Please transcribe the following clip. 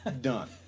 Done